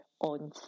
on